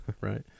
right